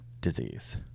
disease